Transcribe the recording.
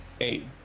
eight